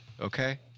Okay